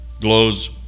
glows